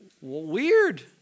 Weird